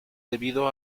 debido